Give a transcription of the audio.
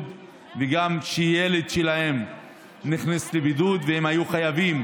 וגם שהילד שלהם נכנס לבידוד והם היו חייבים